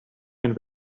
and